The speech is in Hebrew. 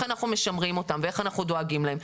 אנחנו משמרים אותם ואיך אנחנו דואגים להם.